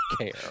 care